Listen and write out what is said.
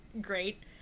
great